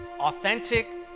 Authentic